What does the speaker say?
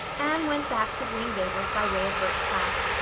anne went back to green gables by way of birch path,